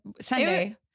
Sunday